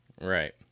Right